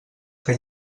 que